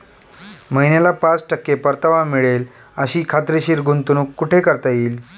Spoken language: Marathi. महिन्याला पाच टक्के परतावा मिळेल अशी खात्रीशीर गुंतवणूक कुठे करता येईल?